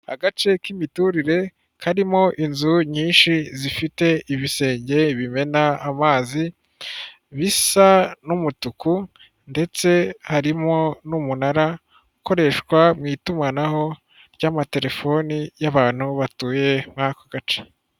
Agace k'imiturire karimo inzu nyinshi zifite ibisenge bimena amazi bisa n'umutuku ndetse harimo n'umunara ukoreshwa mu itumanaho ry'amatelefoni y'abantu batuye muri ako gace.